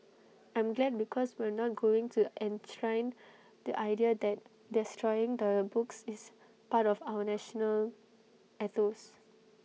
I'm glad because we're not going to enshrine the idea that destroying books is part of our national ethos